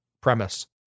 premise